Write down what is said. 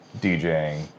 DJing